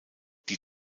die